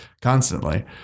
constantly